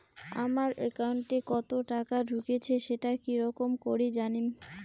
আমার একাউন্টে কতো টাকা ঢুকেছে সেটা কি রকম করি জানিম?